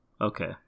Okay